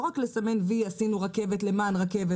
לא רק לסמן "וי" עשינו רכבת למען רכבת